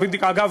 אגב,